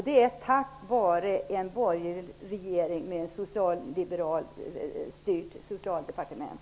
Detta sker tack vare en borgerlig regering med ett socialliberalt styrt socialdepartement.